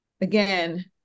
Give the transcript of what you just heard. again